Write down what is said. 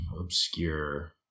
obscure